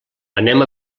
anem